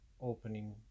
opening